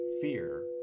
fear